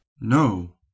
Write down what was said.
No